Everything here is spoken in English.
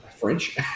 French